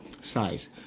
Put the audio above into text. size